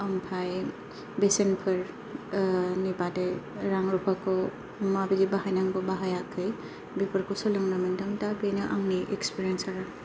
ओम्फ्राय बेसेनफोरनि बादै रां रुफाखौ माबायदि बाहायनांगौ बाहायाखै बेफोरखौ सोलोंनो मोनदों दा बेनो आंनि एक्सपिरियेन्स आरो